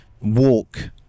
walk